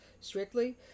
strictly